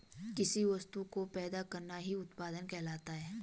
किसी वस्तु को पैदा करना ही उत्पादन कहलाता है